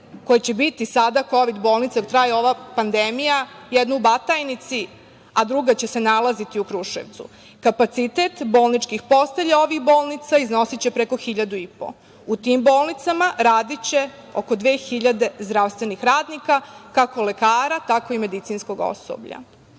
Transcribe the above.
koje će biti sada kovid bolnice dok traje ova pandemija, jedna u Batajnici, a druga će se nalaziti u Kruševcu. Kapacitet bolničkih postelja ovih bolnica iznosiće preko 1.500. U tim bolnicama radiće oko 2.000 zdravstvenih radnika, kako lekara, tako i medicinskog osoblja. To